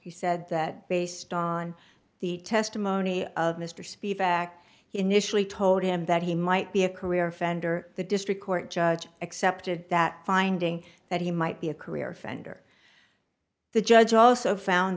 he said that based on the testimony of mr speed back he initially told him that he might be a career offender the district court judge accepted that finding that he might be a career offender the judge also found